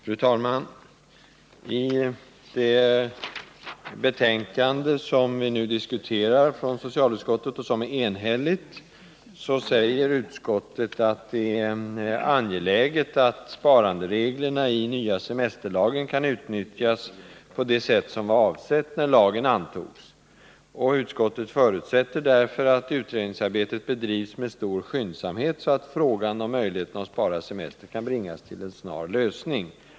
Fru talman! I det betänkande från socialutskottet som vi nu diskuterar — och som är enhälligt — skriver utskottet att det är angeläget att sparandereglerna i den nya semesterlagen kan utnyttjas på det sätt som avsågs då lagen antogs. Utskottet förutsätter därför att utredningsarbetet bedrivs med stor skyndsamhet, så att frågan om möjligheten att spara semester kan bringas till en snar lösning.